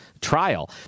trial